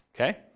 Okay